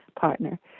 partner